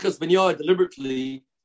deliberately